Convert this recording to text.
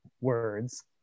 words